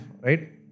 right